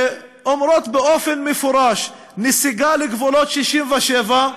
שאומרות באופן מפורש: נסיגה לגבולות 67',